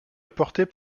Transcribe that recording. apportées